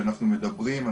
כשאנחנו מדברים,